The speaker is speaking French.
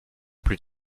plus